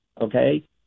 okay